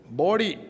body